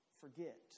forget